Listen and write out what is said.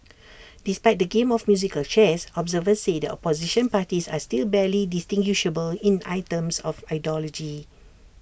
despite the game of musical chairs observers say the opposition parties are still barely distinguishable in items of ideology